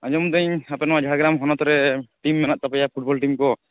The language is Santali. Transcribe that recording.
ᱟᱸᱡᱚᱢᱤᱫᱟᱹᱧ ᱟᱯᱮ ᱱᱚᱣᱟ ᱡᱷᱟᱲᱜᱮᱨᱟᱢ ᱦᱚᱱᱚᱛ ᱨᱮ ᱴᱤᱢ ᱢᱮᱱᱟᱜ ᱛᱟᱯᱮᱭᱟ ᱯᱷᱩᱴᱵᱚᱞ ᱴᱤᱢ ᱠᱚ